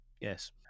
Yes